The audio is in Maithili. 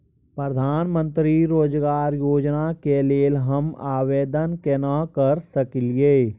प्रधानमंत्री रोजगार योजना के लेल हम आवेदन केना कर सकलियै?